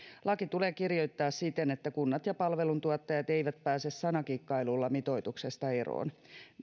laki tulee kirjoittaa siten että kunnat ja palveluntuottajat eivät pääse sanakikkailulla mitoituksesta eroon